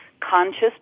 conscious